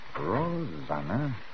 Rosanna